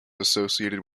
associated